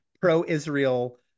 pro-Israel